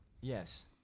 Yes